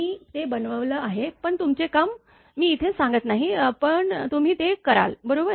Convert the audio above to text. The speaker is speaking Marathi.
मी ते बनवलं आहे पण तुमचे काम मी इथे सांगत नाही पण तुम्ही ते कराल बरोबर